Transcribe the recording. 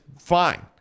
fine